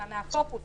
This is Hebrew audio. אלא נהפוך הוא,